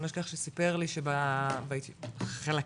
אני לא אשכח שסיפר לי,